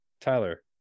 Tyler